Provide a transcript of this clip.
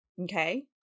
Okay